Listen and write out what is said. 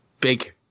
big